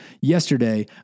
yesterday